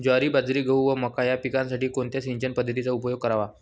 ज्वारी, बाजरी, गहू व मका या पिकांसाठी कोणत्या सिंचन पद्धतीचा उपयोग करावा?